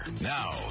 Now